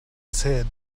said